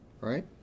right